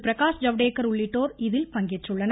பிரகாஷ்ஜவ்டேகர் உள்ளிட்டோர் இதில் பங்கேற்றுள்ளன்